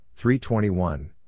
3-21